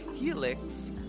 helix